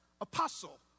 apostle